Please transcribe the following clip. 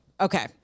Okay